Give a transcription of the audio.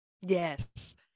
yes